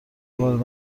وارد